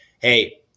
hey